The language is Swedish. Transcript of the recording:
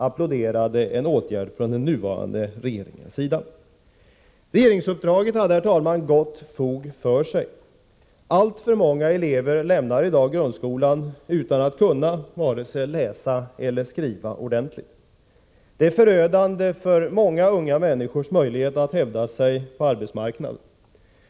— applåderade denna åtgärd från den nuvarande regeringens sida. Regeringsuppdraget hade gott fog för sig. Alltför många elever lämnar i dag grundskolan utan att kunna vare sig läsa eller skriva ordentligt. Det är förödande för många unga människors möjlighet att hävda sig på arbetsmarknaden.